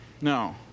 No